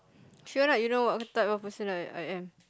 sure lah you know what type of person I I am